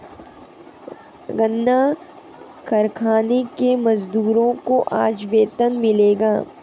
गन्ना कारखाने के मजदूरों को आज वेतन मिलेगा